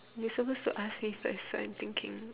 you're suppose to ask me first so I'm thinking